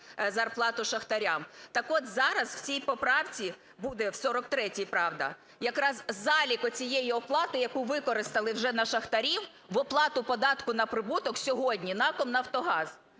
Так от зараз у цій поправці буде, в 43-й, правда, якраз залік оцієї оплати, яку використали вже на шахтарів в оплату податку на прибуток на сьогодні НАК "Нафтогаз".